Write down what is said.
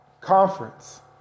conference